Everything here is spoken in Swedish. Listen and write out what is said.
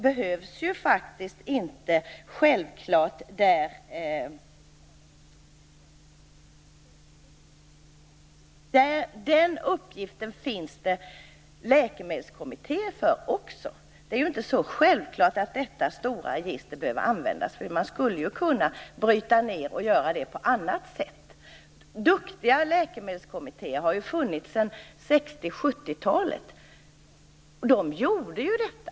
Men för denna uppgift finns det också läkemedelskommittéer. Det är ju inte så självklart att detta stora register behöver användas, för man skulle ju kunna bryta ned det och göra på annat sätt. Det har funnits duktiga läkemedelskommittéer sedan 1960 och 1970-talen. De gjorde ju detta.